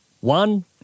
One